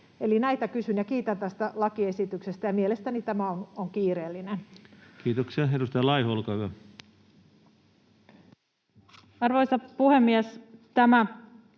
Eli näitä kysyn ja kiitän tästä lakiesityksestä. Mielestäni tämä on kiireellinen. Kiitoksia. — Edustaja Laiho, olkaa hyvä. Arvoisa puhemies! Tämä